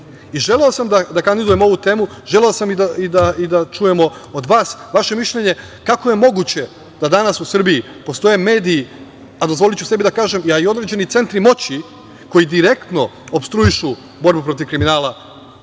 sam da kandidujem ovu temu, želeo sam i da čujemo od vas vaše mišljenje kako je moguće da danas u Srbiji postoje mediji, a dozvoliću sebi da kažem, a i određeni centri moći, koji direktno opstruišu borbu protiv kriminala